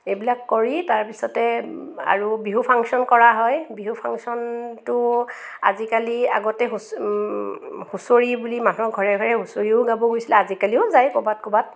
এইবিলাক কৰি তাৰপিছতে আৰু বিহু ফাংশ্যন কৰা হয় বিহু ফাংশ্যনটো আজিকালি আগতে হুচ হুঁচৰি বুলি মানুহৰ ঘৰে ঘৰে হুঁচৰিও গাব গৈছিল আজিকালিও যায় ক'ৰবাত ক'ৰবাত